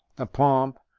the pomp,